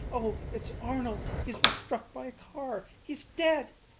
oh, it's arnold! he's been struck by a car! he's dead!